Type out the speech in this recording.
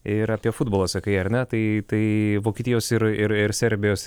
ir apie futbolą sakai ar ne tai tai vokietijos ir ir ir serbijos